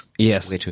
Yes